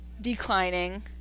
declining